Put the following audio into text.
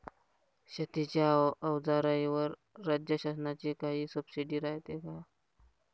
शेतीच्या अवजाराईवर राज्य शासनाची काई सबसीडी रायते का?